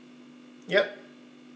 yup